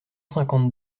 cinquante